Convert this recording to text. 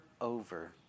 over